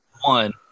One